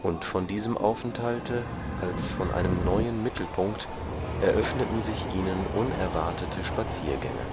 und von diesem aufenthalt als von einem neuen mittelpunkt eröffneten sich ihnen unerwartete spaziergänge